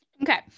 Okay